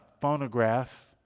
phonograph